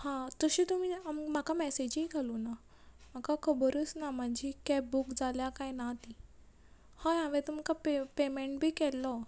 हा तशें तुमी आम म्हाका मॅसेजीय घालूंक ना म्हाका खबरच ना म्हाजी कॅब बूक जाल्या काय ना ती हय हांवें तुमकां पे पेमॅण बी केल्लो